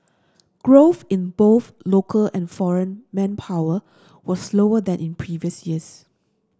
growth in both local and foreign manpower was slower than in previous years